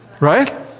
right